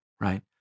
right